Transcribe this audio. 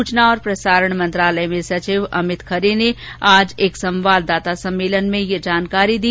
सुचना और प्रसारण मंत्रालय में सचिव अमित खरे ने आज एक संवाददाता सम्मेलन में ये जानकारी दी